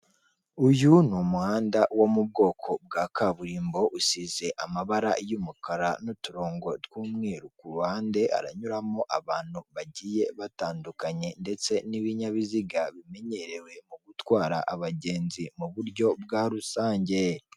Uyu ni umuhanda wo mu bwoko bwa kaburimbo usize amabara y'umukara n'uturongo tw'umweru, ku ruhande haranyuramo abantu bagiye batandukanye ndetse n'ibinyabiziga bimenyerewe mu gutwara abagenzi mu buryo bwa rusange.